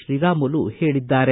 ಶ್ರೀರಾಮುಲು ಹೇಳಿದ್ದಾರೆ